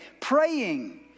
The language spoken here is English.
praying